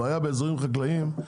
הבעיה באזורים חקלאיים,